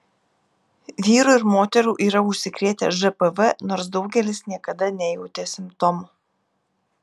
vyrų ir moterų yra užsikrėtę žpv nors daugelis niekada nejautė simptomų